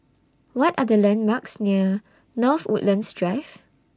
What Are The landmarks near North Woodlands Drive